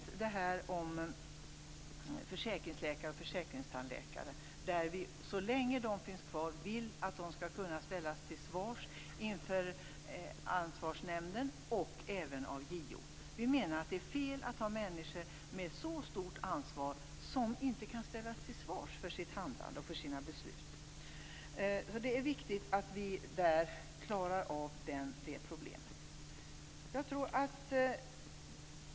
Jag har redan nämnt försäkringsläkare och försäkringstandläkare, och vi vill att de så länge de finns kvar skall kunna ställas till svars inför Ansvarsnämnden och även JO. Vi menar att det är fel att människor med så stort ansvar inte kan ställas till svars för sitt handlande och för sina beslut. Det är viktigt att vi klarar av det problemet.